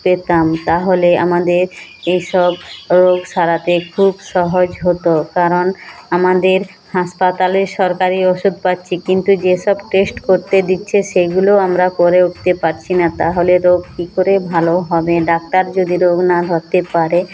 পেতাম তাহলে আমাদের এসব রোগ সারাতে খুব সহজ হতো কারণ আমাদের হাসপাতালে সরকারি ওষুধ পাচ্ছি কিন্তু যেসব টেস্ট করতে দিচ্ছে সেগুলো আমরা করে উঠতে পারছি না তাহলে রোগ কি করে ভালো হবে ডাক্তার যদি রোগ না ধরতে পারে